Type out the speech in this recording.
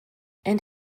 and